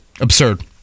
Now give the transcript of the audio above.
Absurd